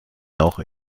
auch